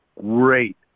Great